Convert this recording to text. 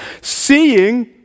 Seeing